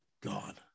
God